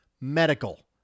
medical